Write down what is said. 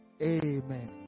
Amen